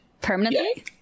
permanently